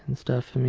and stuff.